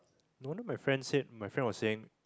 no wonder my friend said my friend was saying